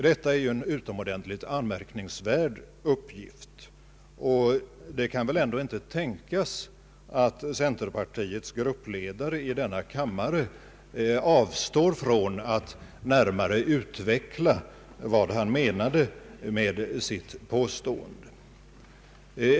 Detta är ju en utomordentligt anmärkningsvärd uppgift, och det kan väl ändå inte tänkas att centerpartiets gruppledare i denna kammare avstår från att närmare utveckla vad han menade med sitt påstående.